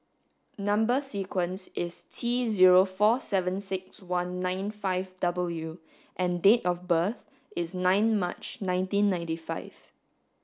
number sequence is T zero four seven six one nine five W and date of birth is nine March nineteen ninety five